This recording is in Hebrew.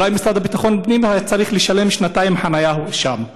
ואולי המשרד לביטחון הפנים היה צריך לשלם שנתיים חנייה שם.